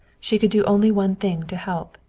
she could do only one thing to help.